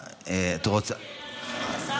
מבקשת שאלה נוספת לשר.